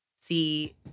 see